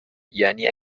یعنی